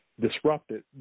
disrupted